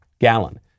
gallon